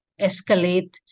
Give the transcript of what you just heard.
escalate